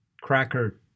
cracker